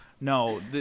No